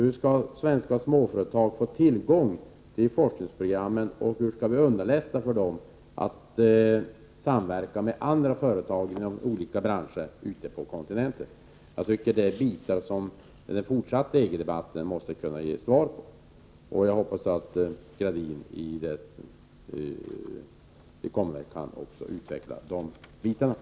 Hur skall svenska småföretag få tillgång till forskningsprogrammen, och hur skall vi underlätta för dem att samverka med andra företag inom olika branscher på kontinenten? Det är frågor som den fortsatta EG-debatten måste kunna ge svar på. Jag hoppas som sagt att Gradin i sitt nästa inlägg även kan utveckla dessa frågor.